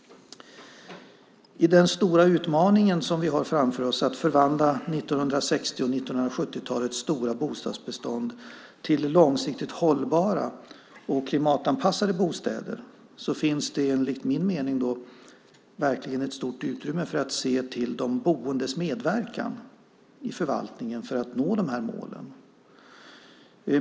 I den stora utmaning som vi har framför oss att förvandla 1960 och 1970-talets stora bostadsbestånd till långsiktigt hållbara och klimatanpassade bostäder finns det enligt min mening verkligen ett stort utrymme för att se till de boendes medverkan i förvaltningen för att nå målen.